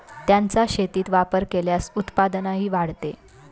त्यांचा शेतीत वापर केल्यास उत्पादनही वाढते